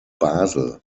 basel